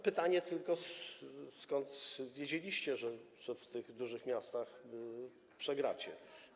Pytanie tylko, skąd wiedzieliście, że w tych dużych miastach przegracie.